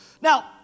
Now